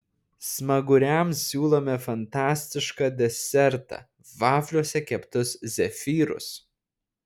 smaguriams siūlome fantastišką desertą vafliuose keptus zefyrus